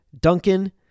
duncan